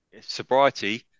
Sobriety